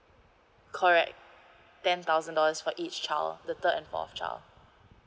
correct ten thousand dollars for each child the third and fourth child